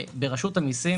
ברשות המסים